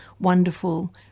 wonderful